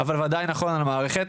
אבל ודאי נכון על המערכת.